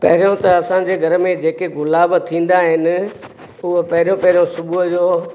पहिरियों त असांजे घर में जे के गुलाब थींदा आहिनि उहे पहिरियों पहिरियों सुबुह जो